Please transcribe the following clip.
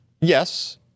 Yes